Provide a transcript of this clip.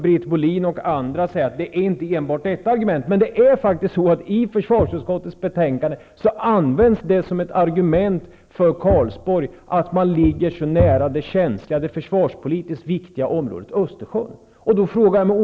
Britt Bohlin och andra har visserligen i dag sagt att det här argumentet inte är det enda. I försvarsutskottets betänkande används faktiskt påståendet att Karlsborg ligger så nära det känsliga, det försvarspolitiskt så viktiga området Österjön som ett argument.